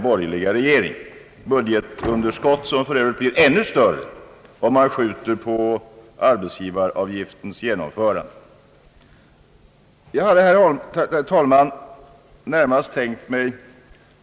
borgerlig regering, vilka underskott för övrigt blir ännu större om vi skjuter på arbetsgivaravgiftens genomförande. Herr talman!